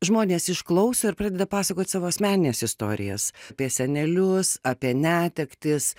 žmonės išklauso ir pradeda pasakot savo asmenines istorijas apie senelius apie netektis